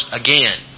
again